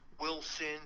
wilson